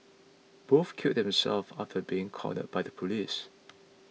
both killed themselves after being cornered by the police